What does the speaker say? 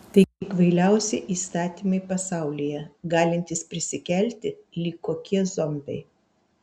tai kvailiausi įstatymai pasaulyje galintys prisikelti lyg kokie zombiai